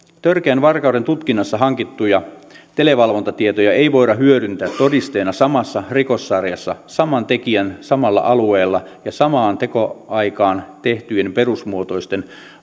törkeän varkauden tutkinnassa hankittuja televalvontatietoja ei voida hyödyntää todisteena samassa rikossarjassa saman tekijän samalla alueella tekemien ja samaan tekoaikaan tehtyjen perusmuotoisten